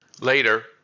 Later